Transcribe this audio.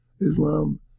Islam